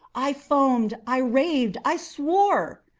i foamed i raved i swore!